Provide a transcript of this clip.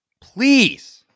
please